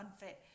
Unfit